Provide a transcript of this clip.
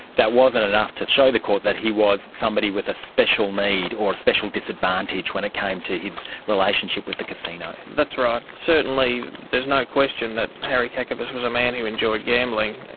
that wasn't enough to show the court that he was somebody with a special need or a special disadvantage when it came to his relationship with the casino. that's right. certainly there's no question that harry kakavas was a man who enjoyed gambling.